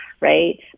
right